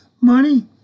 money